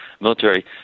military